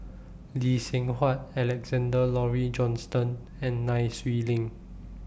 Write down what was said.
Lee Seng Huat Alexander Laurie Johnston and Nai Swee Leng